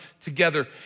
together